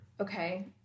Okay